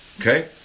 Okay